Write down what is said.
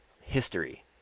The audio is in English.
history